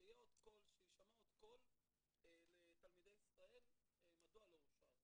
שיישמע עוד קול לתלמידי ישראל מדוע לא אושר.